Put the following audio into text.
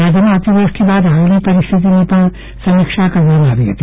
રાજ્યમાં અતિવ્રષ્ટિ બાદ હાલની પરિસ્થિતિની પણ સમીક્ષા કરવામાં આવી હતી